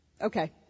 okay